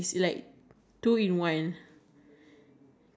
like they spread your name like oh this